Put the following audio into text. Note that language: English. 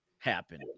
Happen